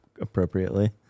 appropriately